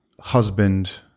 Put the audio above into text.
husband